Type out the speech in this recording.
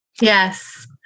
Yes